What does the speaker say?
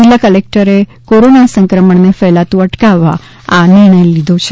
જિલ્લા કલેકટરે કોરોના સંક્રમણને ફેલાતું અટકાવવા આ નિર્ણય લીધો છે